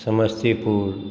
Samastipur